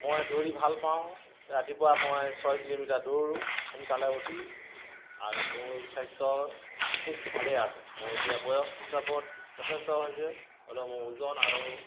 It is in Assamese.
মই দৌৰি ভাল পাওঁ ৰাতিপুৱা মই ছয় কিলোমিটাৰ দৌৰোঁ সোনকালে উঠি আৰু মোৰ স্বাস্থ্য বিশেষ ভালেই আছে মোৰ এতিয়া বয়স হিচাপত যথেষ্ট হৈছে হ'লেও মোৰ ওজন আৰু